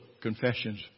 confessions